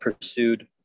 pursued